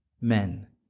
men